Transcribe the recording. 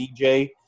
DJ